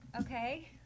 Okay